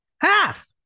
Half